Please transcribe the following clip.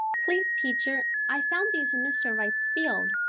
please, teacher, i found these in mr. wright's field,